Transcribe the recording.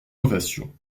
ovation